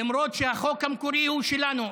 למרות שהחוק המקורי הוא שלנו,